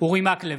אורי מקלב,